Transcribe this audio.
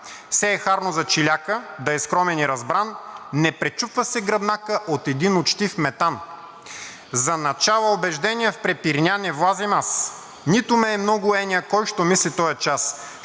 Се е харно за челяка да е скромен и разбран: не пречупва се гръбнака от един учтив метан. За начала, убежденья в препирня не влазам аз, нито ме е много еня кой що мисли тоя час.